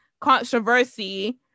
controversy